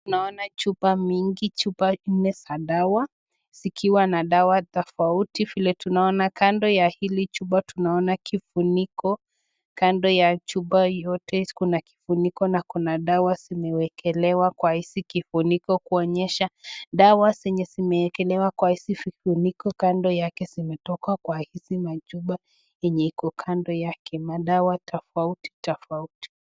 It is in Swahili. Naona chupa mingi, chupa nne za dawa zikiwa na dawa tafauti. Vile tunaona kando ya hili chupa, tunaona kifuniko kando ya chupa yote kuna kifuniko na kuna dawa zimewekelewa kwa hizi kifuniko kuonyesha dawa zenye zimeekelewa kwa hizi vifuniko kando yake zimetoka kwa hizi machuba yenye iko kando yake madawa tafauti tafauti.